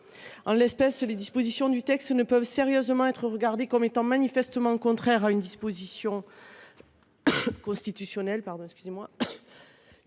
En l’espèce, les dispositions du texte ne peuvent sérieusement être regardées comme manifestement contraires à une disposition constitutionnelle.